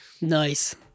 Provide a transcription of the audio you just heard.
Nice